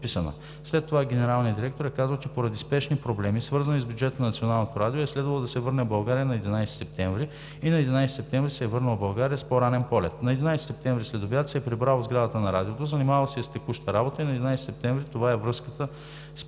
След това генералният директор е казал, че поради спешни проблеми, свързани с бюджета на Националното радио, е следвало да се върне в България на 11 септември и на 11 септември се е върнал в България с по-ранен полет. На 11 септември следобед се е прибрал в сградата на Радиото, занимавал се е с текуща работа и на 11 септември, това е връзката с